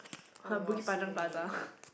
Bukit-Panjang plaza